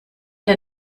der